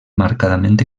marcadament